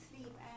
sleep